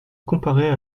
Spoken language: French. comparer